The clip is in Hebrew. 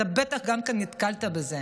בטח גם אתה נתקלת בזה,